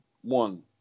one